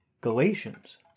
Galatians